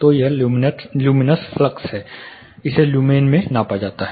तो यह luminous flux है इसे लुमेन में मापा जाता है